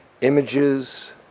Images